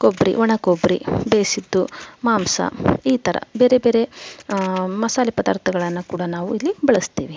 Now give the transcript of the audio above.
ಕೊಬ್ಬರಿ ಒಣಕೊಬ್ಬರಿ ಬೇಯಿಸಿದ್ದು ಮಾಂಸ ಈ ಥರ ಬೇರೆ ಬೇರೆ ಮಸಾಲೆ ಪದಾರ್ಥಗಳನ್ನು ಕೂಡ ನಾವು ಇಲ್ಲಿ ಬಳಸ್ತೀವಿ